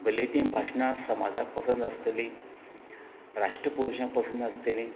भलें ती भाशणां समाजाक पसंद आसतली राष्ट्रपुरुशांक पसंद आसतली